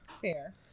Fair